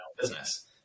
business